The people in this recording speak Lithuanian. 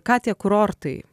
ką tie kurortai